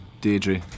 Deirdre